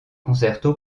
concerto